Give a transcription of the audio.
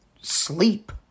sleep